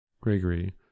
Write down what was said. Gregory